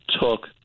took